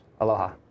Aloha